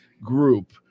group